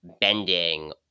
bending